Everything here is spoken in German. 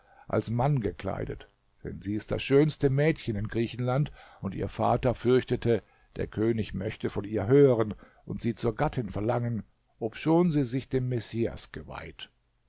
als mann gekleidet denn sie ist das schönste mädchen in griechenland und ihr vater fürchtete der könig möchte von ihr hören und sie zur gattin verlangen obschon sie sich dem messias geweiht